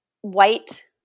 white